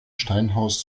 steinhaus